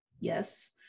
Yes